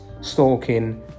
Stalking